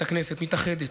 את הכנסת מתאחדת,